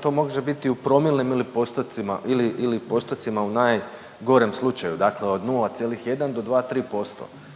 to može biti u promilima ili postotcima ili postotcima u najgorem slučaju. Dakle od 0,1 do 2,3%.